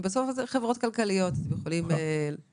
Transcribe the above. כי בסוף הן חברות כלכליות והן יכולות לעשות גם דברים אחרים.